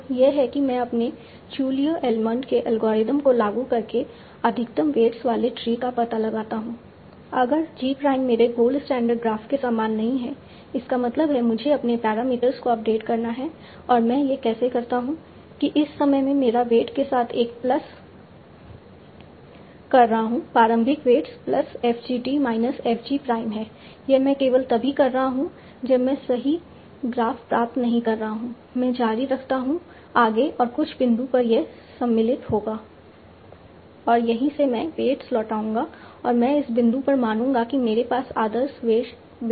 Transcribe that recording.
तो यह है कि मैं अपने चू लियू एडमंड के एल्गोरिदम को लागू करके अधिकतम वेट्स वाले ट्री का पता लगाता हूं अगर G प्राइम मेरे गोल्ड स्टैंडर्ड ग्राफ के समान नहीं है इसका मतलब है मुझे अपने पैरामीटर्स को अपडेट करना है और मैं यह कैसे करता हूं कि इस समय मैं मेरा वेट के साथ एक प्लस कर रहा हूं प्रारंभिक weights plus F G t minus F G prime है यह मैं केवल तभी कर रहा हूं जब मैं सही ग्राफ प्राप्त नहीं कर रहा हूं मैं जारी रखता हूं आगे और कुछ बिंदु पर यह सम्मिलित होगा और यहीं से मैं वेट्स लौटाऊंगा और मैं इस बिंदु पर मानूंगा कि मेरे पास आदर्श वेट्स है